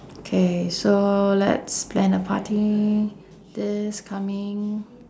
okay so let's plan a party this coming